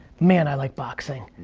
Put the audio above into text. man, i like boxing.